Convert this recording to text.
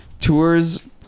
tours